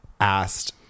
asked